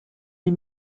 les